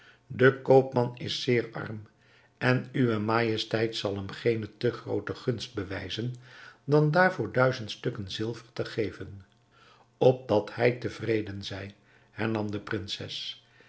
de koopman is zeer arm en uwe majesteit zal hem geene te groote gunst bewijzen met daarvoor duizend stukken zilver te geven opdat hij tevreden zij hernam de prinses